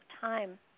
time